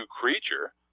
creature